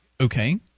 Okay